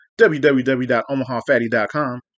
www.omahafatty.com